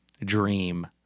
dream